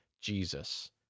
Jesus